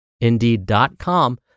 Indeed.com